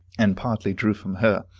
and partly drew from her,